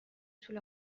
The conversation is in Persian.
توله